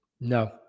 no